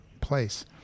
place